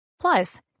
Plus